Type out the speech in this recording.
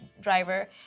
driver